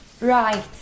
Right